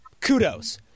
kudos